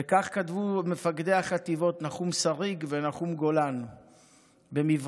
וכך כתבו מפקדי החטיבות נחום שריג ונחום גולן במברק: